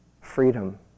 freedom